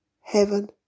Heaven